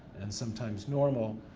and sometimes normal.